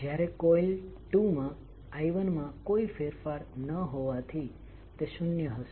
જ્યારે કોઇલ 2 માં I1 માં કોઈ ફેરફાર ન હોવાથી તે શૂન્ય હશે